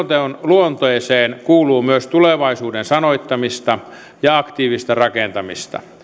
tulevaisuusselonteon luonteeseen kuuluu myös tulevaisuuden sanoittamista ja aktiivista rakentamista